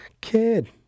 Kid